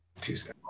Tuesday